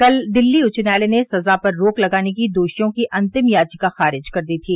कल दिल्ली उच्च न्यायालय ने सजा पर रोक लगाने की दोषियों की अंतिम याचिका खारिज कर दी थी